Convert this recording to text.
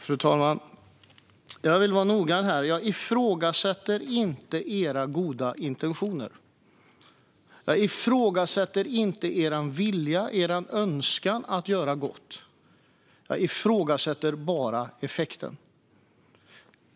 Fru talman! Jag vill vara noga här: Jag ifrågasätter inte era goda intentioner, Jasenko Omanovic. Jag ifrågasätter inte er vilja eller er önskan att göra gott. Jag ifrågasätter bara effekten.